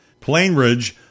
Plainridge